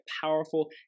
powerful